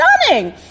stunning